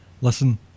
Listen